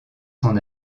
son